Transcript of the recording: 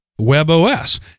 WebOS